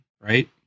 right